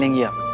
you.